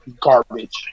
garbage